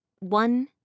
One